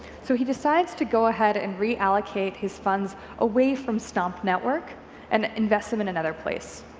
so he decides to go ahead and reallocate his funds away from stomp network and invest them in another place.